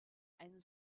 einen